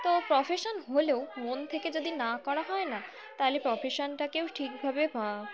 তো প্রফেশান হলেও মন থেকে যদি না করা হয় না তাহলে প্রফেশানটাকেও ঠিকভাবে